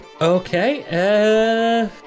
Okay